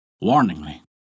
warningly